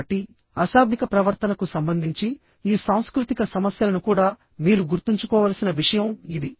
కాబట్టి అశాబ్దిక ప్రవర్తనకు సంబంధించి ఈ సాంస్కృతిక సమస్యలను కూడా మీరు గుర్తుంచుకోవలసిన విషయం ఇది